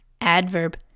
Adverb